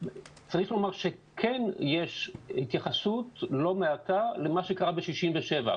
צריך לומר שכן יש התייחסות לא מעטה למה שקרה ב-67'.